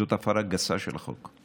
זאת הפרה גסה של החוק.